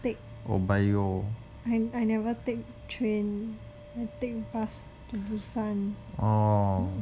I never take I never take train I take bus to busan